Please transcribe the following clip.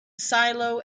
silo